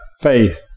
faith